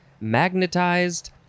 magnetized